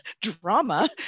drama